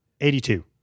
82